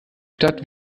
stadt